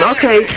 Okay